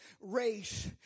race